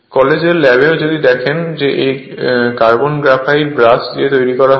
কলেজে ল্যাবেও যদি দেখেন এই কার্বন গ্রাফাইট ব্রাশ দিয়ে তৈরি করা হয়